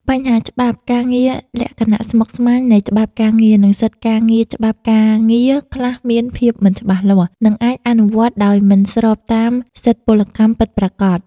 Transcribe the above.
បញ្ហាច្បាប់ការងារលក្ខណៈស្មុគស្មាញនៃច្បាប់ការងារ និងសិទ្ធិការងារច្បាប់ការងារខ្លះមានភាពមិនច្បាស់លាស់ និងអាចអនុវត្តដោយមិនស្របតាមសិទ្ធិពលកម្មពិតប្រាកដ។